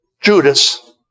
Judas